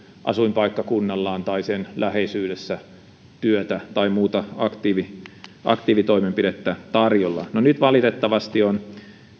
asuinpaikkakunnallaan tai sen läheisyydessä työtä tai muuta aktiivitoimenpidettä tarjolla nyt valitettavasti on